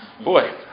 Boy